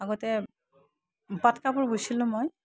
আগতে পাটকাপোৰ বৈছিলোঁ মই